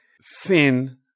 sin